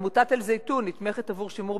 עמותת "אל-זיתון" נתמכת עבור שימור